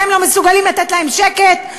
אתם לא מסוגלים לתת להם שקט.